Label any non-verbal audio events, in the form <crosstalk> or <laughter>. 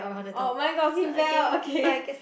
oh mine got seatbelt okay <laughs>